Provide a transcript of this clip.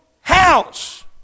house